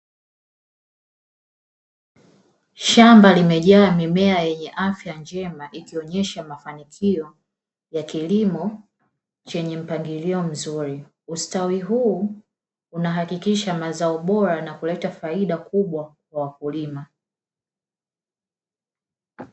Shamba limejaa mimea yenye afya njema ikionyesha mafanikio ya kilimo chenye mpangilio mzuri, ustawi huu unahakikisha mazao bora na kuleta faida kubwa kwa wakulima.